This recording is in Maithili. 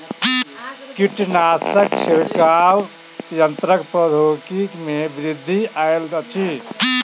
कीटनाशक छिड़काव यन्त्रक प्रौद्योगिकी में वृद्धि आयल अछि